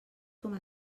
coma